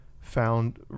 found